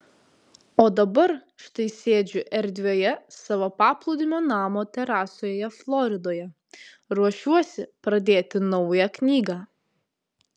o dabar štai sėdžiu erdvioje savo paplūdimio namo terasoje floridoje ruošiuosi pradėti naują knygą